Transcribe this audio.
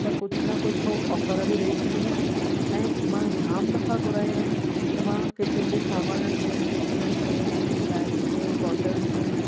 त कुझु न कुझु हो ऑफर बि ॾेई छॾिंदा आहिनि ऐं मां जाम दफ़ा घुराया आहिनि त मां किचन जे सामानिनि में टिफिनिनि में टिफिन बैग्स में बोटल्स में